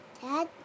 Dad